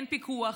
אין פיקוח,